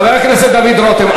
חבר הכנסת דוד רותם,